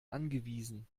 angewiesen